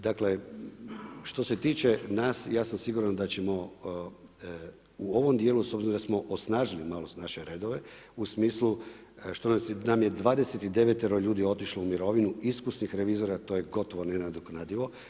Dakle, što se tiče nas ja sam siguran da ćemo u ovom dijelu, s obzirom da smo osnažili malo s naše redove, u smislu što nam je 29 ljudi otišlo u mirovinu, iskusnih revizora, to je gotovo nenadoknadivo.